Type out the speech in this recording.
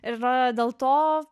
ir dėl to